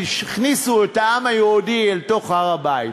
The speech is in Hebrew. שהכניסו את העם היהודי אל תוך הר-הבית.